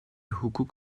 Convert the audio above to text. hukuk